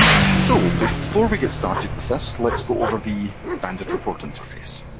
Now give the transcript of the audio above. so before we get started with this let's go over the banded report interface.